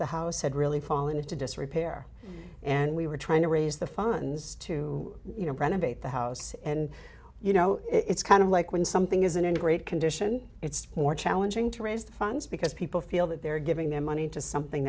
the house had really fallen into disrepair and we were trying to raise the funds to renovate the house and you know it's kind of like when something isn't in great condition it's more challenging to raise the funds because people feel that they're giving their money to something